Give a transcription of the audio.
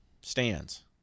stands